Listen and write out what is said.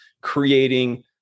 creating